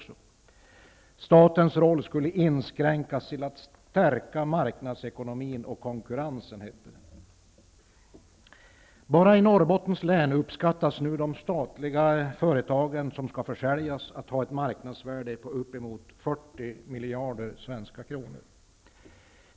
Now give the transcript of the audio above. Statens roll skulle inskränkas till en förstärkning av marknadsekonomin och konkurrensen, hette det. Bara beträffande Norrbottens län uppskattar man att de statliga företag som skall säljas har ett marknadsvärde på uppemot 40 miljarder svenska kronor.